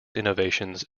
innovations